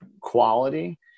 quality